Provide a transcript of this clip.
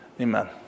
Amen